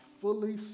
fully